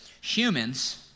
humans